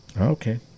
Okay